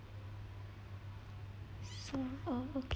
ah